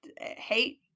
hate